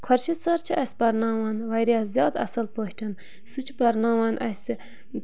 Khurshid sir چھِ اَسہِ پَرناوان واریاہ زیادٕ اَصٕل پٲٹھۍ سُہ چھِ پَرناوان اَسہِ